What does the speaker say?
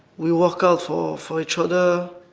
we walk out for for each other.